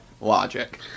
logic